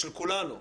של כולנו,